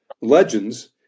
legends